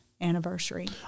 anniversary